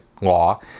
law